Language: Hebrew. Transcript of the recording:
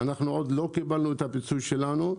אם הם רוצים לקנות,